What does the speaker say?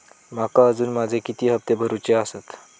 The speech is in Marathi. माका अजून माझे किती हप्ते भरूचे आसत?